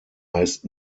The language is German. heißt